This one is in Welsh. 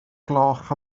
gloch